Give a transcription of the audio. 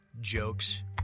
jokes